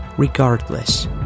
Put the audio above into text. Regardless